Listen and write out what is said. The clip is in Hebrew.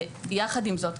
יחד עם זאת,